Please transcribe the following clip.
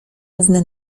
równe